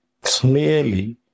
clearly